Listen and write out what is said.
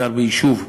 גר ביישוב,